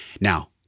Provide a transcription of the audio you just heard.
Now